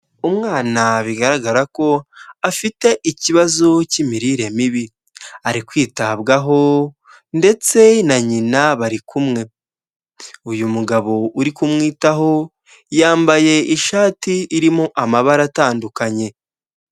Umwana bigaragara ko afite ikibazo cy'imirire mibi; ari kwitabwaho ndetse na nyina bari kumwe; uyu mugabo uri kumwitaho yambaye ishati irimo amabara atandukanye.